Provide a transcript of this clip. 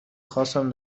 خواستم